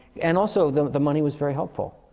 and also, the the money was very helpful.